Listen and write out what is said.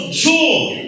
joy